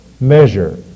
measure